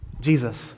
Jesus